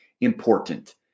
important